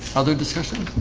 other discussion